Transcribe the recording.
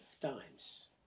times